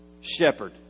shepherd